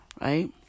right